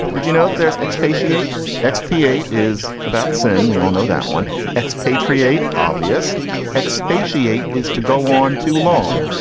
did you know that there's expatriate expiate is about sin. we all know that one expatriate obvious expatriate is to go on too long.